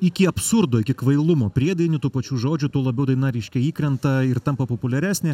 iki absurdo iki kvailumo priedainių tų pačių žodžių tuo labiau daina reiškia įkrenta ir tampa populiaresnė